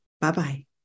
Bye-bye